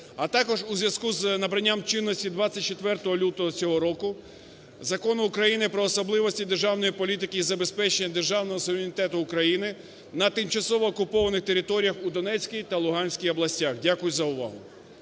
а також у зв'язку з набранням чинності 24 лютого цього року Закону України про особливості державної політики і забезпечення державного суверенітету України на тимчасово окупованих територіях у Донецькій та Луганській областях. Дякую за увагу.